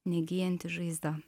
negyjanti žaizda